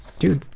dude